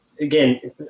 again